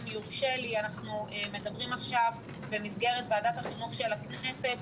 אנחנו מדברים עכשיו במסגרת ועדת החינוך של הכנסת,